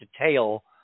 detail